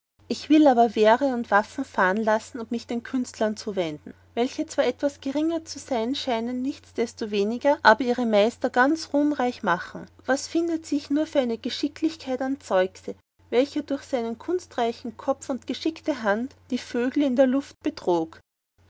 ich will aber wehre und waffen fahren lassen und mich zu den künsten wenden welche zwar etwas geringer zu sein scheinen nichtsdestoweniger aber ihre meister ganz ruhmreich machen was findet sich nur für eine geschicklichkeit am zeuxe welcher durch seinen kunstreichen kopf und geschickte hand die vögel in der luft